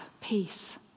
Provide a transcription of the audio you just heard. peace